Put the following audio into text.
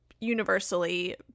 universally